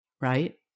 right